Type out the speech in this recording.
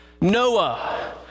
Noah